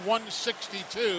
162